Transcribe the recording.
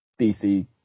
DC